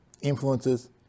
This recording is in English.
influences